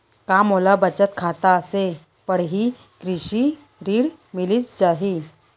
का मोला बचत खाता से पड़ही कृषि ऋण मिलिस जाही?